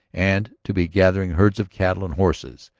and to be gathering herds of cattle and horses,